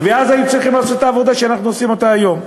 ואז היו צריכים לעשות את העבודה שאנחנו עושים היום.